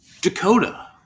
Dakota